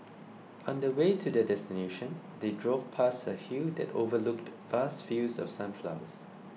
on the way to their destination they drove past a hill that overlooked vast fields of sunflowers